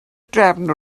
drefn